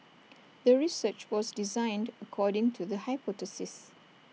the research was designed according to the hypothesis